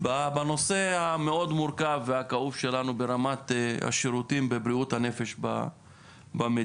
בנושא המאוד מורכב והכאוב שלנו ברמת השירותים בבריאות הנפש במדינה,